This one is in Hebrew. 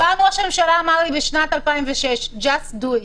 גם ראש הממשלה אמר לי בשנת 2006: Just do it.